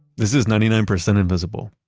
this is ninety nine percent invisible.